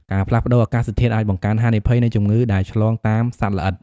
ការផ្លាស់ប្តូរអាកាសធាតុអាចបង្កើនហានិភ័យនៃជំងឺដែលឆ្លងតាមសត្វល្អិត។